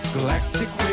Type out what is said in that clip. Galactic